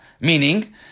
Meaning